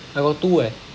I got two eh